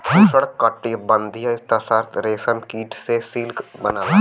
उष्णकटिबंधीय तसर रेशम कीट से सिल्क बनला